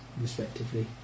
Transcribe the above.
respectively